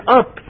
up